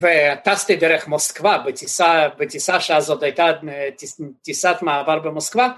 וטסתי דרך מוסקווה, בטיסה שאז עוד הייתה טיסת מעבר במוסקווה